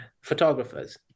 Photographers